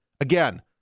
again